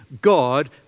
God